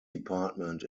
department